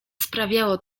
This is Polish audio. sprawiało